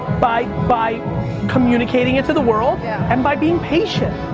by by communicating it to the world yeah and by being patient.